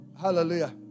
Hallelujah